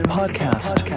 podcast